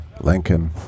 Lincoln